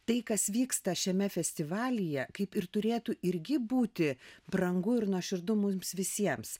tai kas vyksta šiame festivalyje kaip ir turėtų irgi būti brangu ir nuoširdu mums visiems